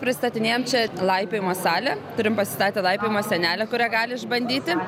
pristatinėjančią laipiojimo salę turim pasistatę laipiojimo sienelę kurią gali išbandyti